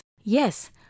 Yes